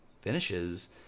finishes